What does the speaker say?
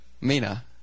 Mina